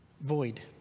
Void